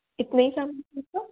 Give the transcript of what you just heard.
इतना ही सामान था आप का